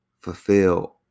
fulfill